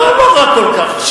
לא נורא כל כך.